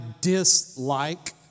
dislike